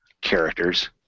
characters